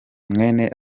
mwene